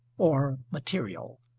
or material.